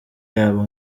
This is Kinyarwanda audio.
yabo